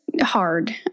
hard